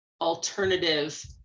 alternative